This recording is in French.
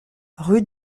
rue